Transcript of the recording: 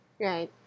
right